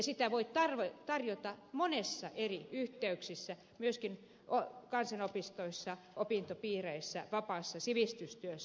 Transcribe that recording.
sitä voi tarjota monissa eri yhteyksissä myöskin kansanopistoissa opintopiireissä vapaassa sivistystyössä